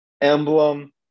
emblem